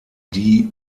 die